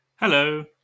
Hello